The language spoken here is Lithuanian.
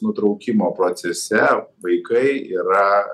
nutraukimo procese vaikai yra